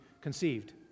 conceived